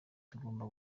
tugomba